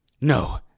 No